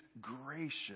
gracious